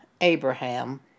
Abraham